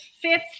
fifth